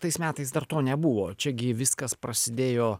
tais metais dar to nebuvo čia gi viskas prasidėjo